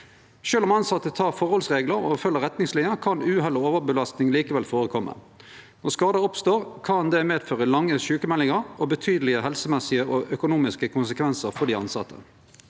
Sjølv om tilsette tek forholdsreglar og følgjer retningslinjer, kan uhell og overbelastning likevel førekome. Når skadar oppstår, kan det medføre lange sjukemeldingar og betydelege helsemessige og økonomiske konsekvensar for dei tilsette.